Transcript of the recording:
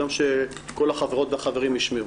גם שכל החברות והחברים ישמעו.